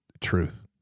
truth